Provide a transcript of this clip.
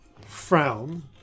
frown